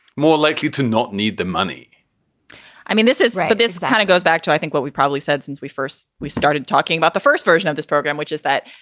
more likely to not need the money i mean, this is like this kind of goes back to, i think, what we probably said since we first we started talking about the first version of this program, which is that,